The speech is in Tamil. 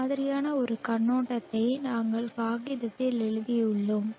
இந்த மாதிரியான ஒரு கண்ணோட்டத்தை நாங்கள் காகிதத்தில் எழுதியுள்ளோம்